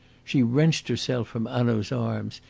she wrenched herself from hanaud's arms,